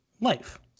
life